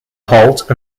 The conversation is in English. halt